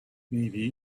maybe